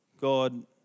God